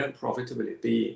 profitability